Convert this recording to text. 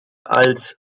als